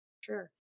Sure